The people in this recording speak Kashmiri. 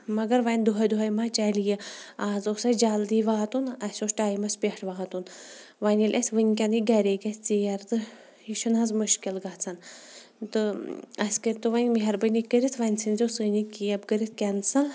مگر وۄنۍ دۄہَے دۄہَے ما چَلہِ یہِ اَز اوس اَسہِ جلدی واتُن اَسہِ اوس ٹایمَس پٮ۪ٹھ واتُن وۄنۍ ییٚلہِ اَسہِ وٕنۍکٮ۪ن یہِ گَرے گژھِ ژیر تہٕ یہِ چھنہٕ حظ مُشکل گژھان تہٕ اَسہِ کٔرۍتو وۄنۍ مہربٲنی کٔرِتھ وَںۍ ژھٕنۍزیو سٲنۍ یہِ کیب کٔرِتھ کٮ۪نسَل